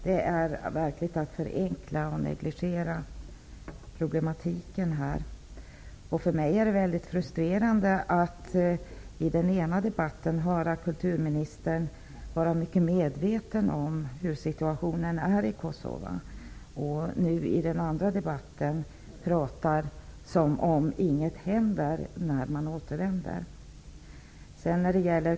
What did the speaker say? Det är verkligen att förenkla och negligera problematiken. För mig är det frustrerande att i den ena debatten höra kulturministern säga att hon är mycket medveten om situationen i Kosova och i en annan debatt höra henne prata som om ingenting händer när människor återvänder dit.